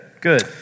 Good